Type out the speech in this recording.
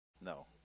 no